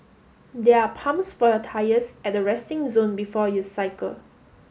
there are pumps for your tyres at the resting zone before you cycle